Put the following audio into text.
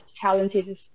talented